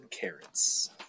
carrots